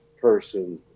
person